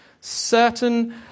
certain